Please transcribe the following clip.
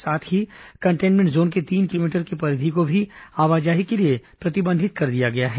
साथ ही containment zone के तीन किलोमीटर की परिधि को भी आवाजाही के लिए प्रतिबंधित कर दिया गया है